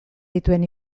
dituen